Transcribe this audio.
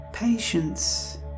Patience